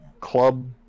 club